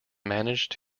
managed